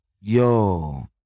yo